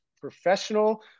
professional